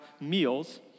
meals